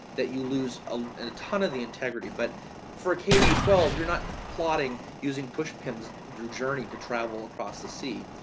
that you lose ah and a ton of the integrity. but for k through twelve, you're not plotting using pushpins, journey to travel across the sea,